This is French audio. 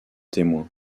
témoin